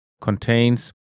contains